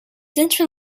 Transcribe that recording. since